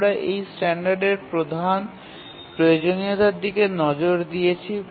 আমরা এই স্ট্যান্ডার্ডের প্রধান প্রয়োজনীয়তার দিকে নজর দিয়েছি